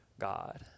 God